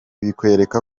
bikwereka